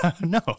No